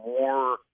more